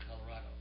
Colorado